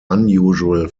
unusual